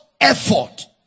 effort